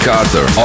Carter